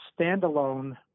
standalone